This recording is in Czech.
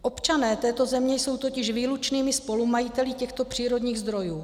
Občané této země jsou totiž výlučnými spolumajiteli těchto přírodních zdrojů.